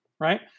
Right